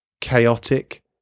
chaotic